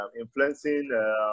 influencing